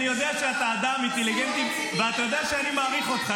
אני יודע שאתה אדם אינטליגנטי ואתה יודע שאני מעריך אותך,